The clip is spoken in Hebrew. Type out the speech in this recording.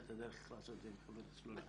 את הדרך איך לעשות את זה עם חברות הסלולר.